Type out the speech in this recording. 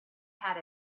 had